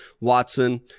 Watson